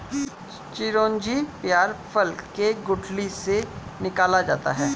चिरौंजी पयार फल के गुठली से निकाला जाता है